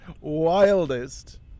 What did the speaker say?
wildest